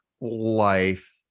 life